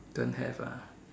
don't have ah